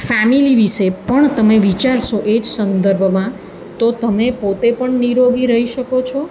family વિષે પણ તમે વિચારશો એ જ સંદર્ભમાં તો તમે પોતે પણ નિરોગી રહી શકો છો